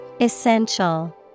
Essential